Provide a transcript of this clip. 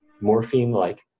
morphine-like